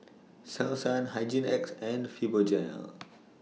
Selsun Hygin X and Fibogel